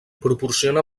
proporciona